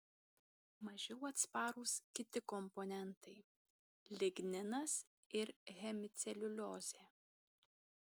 mažiau atsparūs kiti komponentai ligninas ir hemiceliuliozė